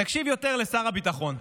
תקשיב יותר לשר הביטחון.